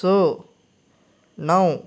स णव